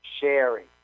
sharing